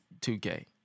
2K